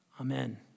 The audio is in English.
Amen